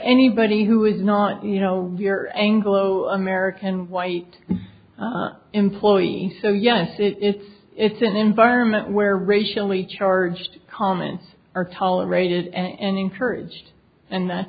anybody who is not you know your anglo american white employee so yes it it's it's an environment where racially charged comments are tolerated and encouraged and